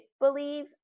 believe